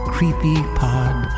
CreepyPod